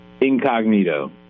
Incognito